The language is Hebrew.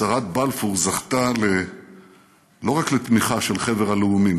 הצהרת בלפור זכתה לא רק לתמיכה של חבר הלאומים,